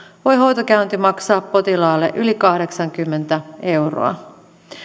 voi hoitokäynti maksaa potilaalle yli kahdeksankymmentä euroa